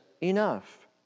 enough